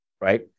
right